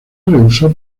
rehusó